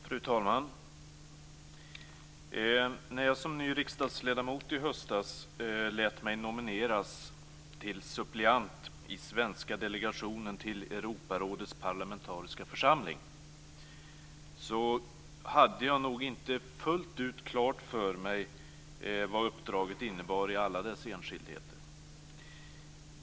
Fru talman! När jag som ny riksdagsledamot i höstas lät mig nomineras till suppleant i svenska delegationen till Europarådets parlamentariska församling hade jag nog inte fullt ut klart för mig vad uppdraget innebar i alla dess enskildheter.